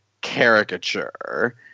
caricature